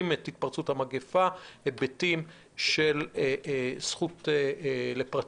את התפרצות המגפה יש גם היבטים של זכות לפרטיות